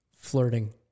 Flirting